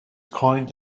coined